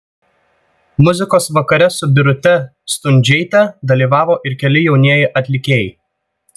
muzikos vakare su birute stundžiaite dalyvavo ir keli jaunieji atlikėjai